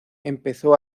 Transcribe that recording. empezó